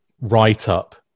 write-up